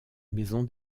maison